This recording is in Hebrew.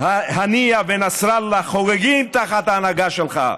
הנייה ונסראללה חוגגים תחת ההנהגה שלך.